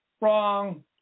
wrong